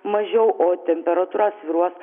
mažiau o temperatūra svyruos